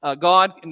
God